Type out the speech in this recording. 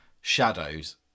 shadows